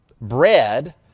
bread